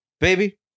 Baby